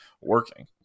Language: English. working